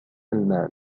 المال